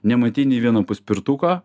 nematei nei vieno paspirtuko